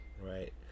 right